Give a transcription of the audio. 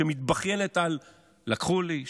שמתבכיינת על לקחו לי,